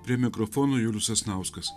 prie mikrofono julius sasnauskas